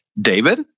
David